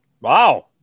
Wow